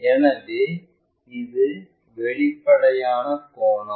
எனவே இது வெளிப்படையான கோணம்